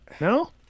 No